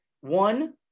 one